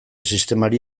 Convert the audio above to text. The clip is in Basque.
sistemari